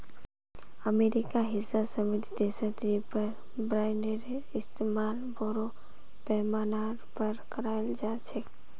अमेरिकार हिस्सा समृद्ध देशत रीपर बाइंडरेर इस्तमाल बोरो पैमानार पर कराल जा छेक